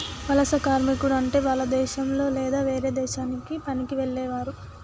వలస కార్మికుడు అంటే వాల్ల దేశంలొ లేదా వేరే దేశానికి పనికి వెళ్లేవారు